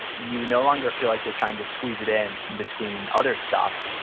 you no longer feel like you're trying to squeeze it in, in between other stuff,